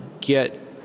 get